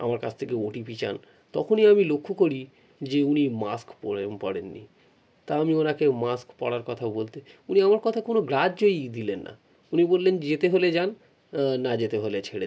আমার কাছ থেকে ওটিপি চান তখনই আমি লক্ষ্য করি যে উনি মাস্ক পরেন পরেননি তা আমি ওনাকে মাস্ক পরার কথা বলতে উনি আমার কথা কোনও গ্রাহ্যই দিলেন না উনি বললেন যেতে হলে যান না যেতে হলে ছেড়ে দিন